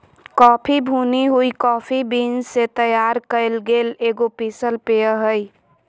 coffee भुनी हुई coffee beans से तैयार कइल गेल एगो पीसल पेय हइ